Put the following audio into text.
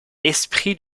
esprit